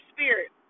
Spirit